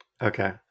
Okay